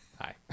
Hi